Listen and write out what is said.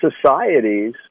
societies